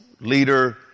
leader